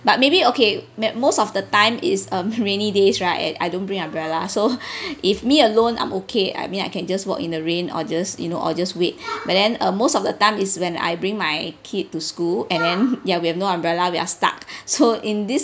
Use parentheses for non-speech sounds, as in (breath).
but maybe okay make most of the time is um rainy days right and I don't bring umbrella so (breath) if me alone I'm okay I mean I can just walk in the rain or just you know or just wait but then uh most of the time is when I bring my kid to school and then ya we have no umbrella we are stuck (breath) so in this